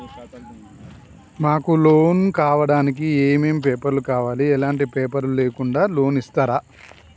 మాకు లోన్ కావడానికి ఏమేం పేపర్లు కావాలి ఎలాంటి పేపర్లు లేకుండా లోన్ ఇస్తరా?